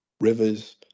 rivers